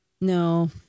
No